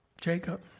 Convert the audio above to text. Jacob